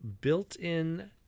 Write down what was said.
built-in